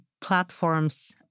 platforms